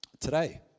Today